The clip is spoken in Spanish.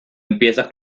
empieza